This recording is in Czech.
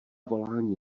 volání